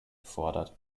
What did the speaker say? gefordert